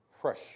Fresh